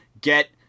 get